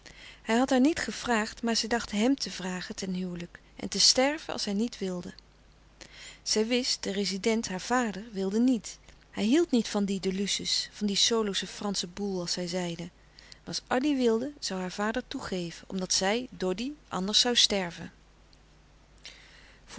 hij had haar niet gevraagd maar zij dacht hèm te vragen ten huwelijk en te sterven als hij niet wilde zij wist de rezident haar vader wilde niet hij hield niet van die de luce's van die solosche fransche boel als hij zeide maar als addy wilde zoû haar vader toegeven omdat zij doddy anders zoû sterven